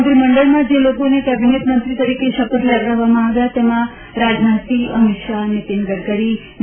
મંત્રીમંડળમાં જે લોકોને કેબિનેટ મંત્રી તરીકે શપથ લેવડાવવામાં આવ્યા તેમાં રાજનાથસિંહ અમિત શાહ નિતીન ગડકરી ડી